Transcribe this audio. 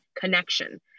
connection